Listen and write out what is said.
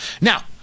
Now